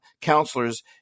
counselors